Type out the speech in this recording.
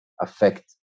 affect